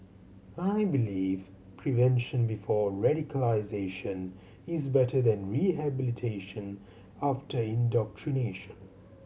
I believe prevention before radicalisation is better than rehabilitation after indoctrination